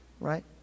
Right